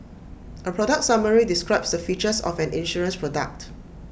A product summary describes the features of an insurance product